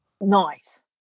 Nice